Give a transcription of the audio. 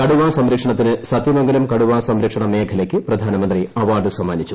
കടുവാ സംരക്ഷണത്തിന് സത്യമംഗലം കടുവാ സംരക്ഷണ മേഖലയ്ക്ക് പ്രധാനമന്ത്രി അവാർഡ് സമ്മാനിച്ചു